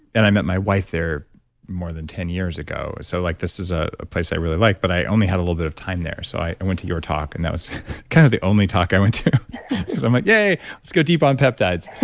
and i met my wife there more than ten years ago. so like, this is a place i really like. but i only had a little bit of time there. so i i went to your talk. and that was kind of the only talk i went to because i'm like, yay let's go deep on peptides.